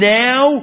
now